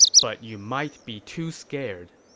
but you might be to scared.